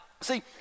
See